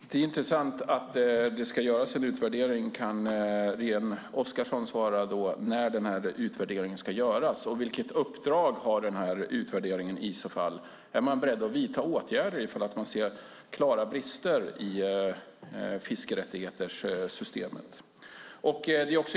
Fru talman! Det är intressant att det ska göras en utvärdering. Kan Irene Oskarsson svara på när utvärderingen ska göras? Vilket uppdrag har utvärderingen i så fall? Är man beredd att vidta åtgärder om man ser klara brister i fiskerättighetssystemet?